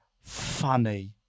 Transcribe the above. funny